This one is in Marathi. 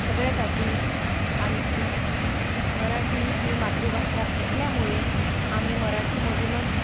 सगळ्यात आधी आमची मराठी ही मातृभाषा असल्यामुळे आम्ही मराठीमधूनच